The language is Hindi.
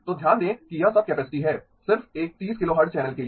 तो ध्यान दें कि यह सब कैपेसिटी है सिर्फ एक 30 किलोहर्ट्ज़ चैनल के लिए